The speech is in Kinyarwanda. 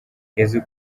yesu